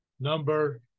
number